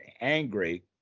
angry